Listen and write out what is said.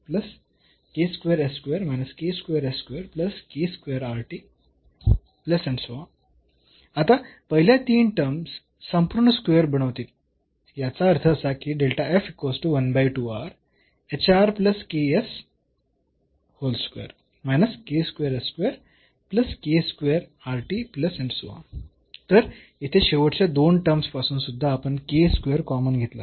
आता पहिल्या 3 टर्म्स संपूर्ण स्क्वेअर बनवतील याचा अर्थ असा की तर येथे शेवटच्या 2 टर्म्स पासून सुद्धा आपण कॉमन घेतला आहे